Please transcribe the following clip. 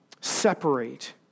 separate